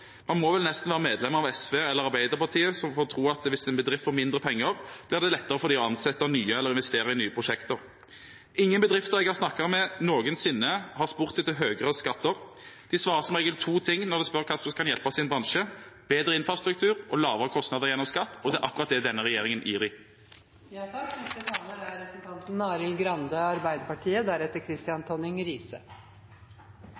Man må nesten være medlem av SV eller Arbeiderpartiet hvis en tror at hvis en bedrift får mindre penger, blir det lettere for dem å ansette nye eller investere i nye prosjekter. Ingen bedrifter jeg har snakket med noensinne, har spurt etter høyere skatter. De svarer som regel to ting når en spør hva som kan hjelpe deres bransje: bedre infrastruktur og lavere kostnader gjennom skatt. Det er akkurat det denne regjeringen gir dem. Flere har i debatten vært inne på betydningen av arbeid. Stikkord for det er